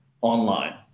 online